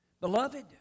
Beloved